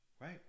right